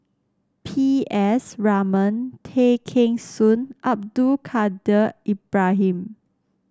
P S Raman Tay Kheng Soon Abdul Kadir Ibrahim